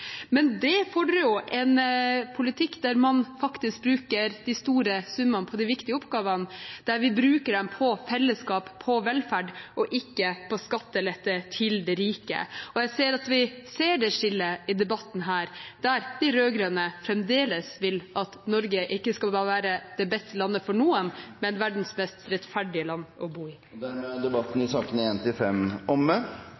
Men det fordrer jo en politikk der man faktisk bruker de store summene på de viktige oppgavene, der vi bruker dem på fellesskap og velferd og ikke på skattelette til de rike. Vi ser det skillet i debatten her, der de rød-grønne fremdeles vil at Norge ikke bare skal være det beste landet for noen, men verdens mest rettferdige land å bo i. Flere har ikke bedt om ordet til sakene nr. 1–5. Etter ønske fra arbeids- og